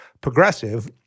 Progressive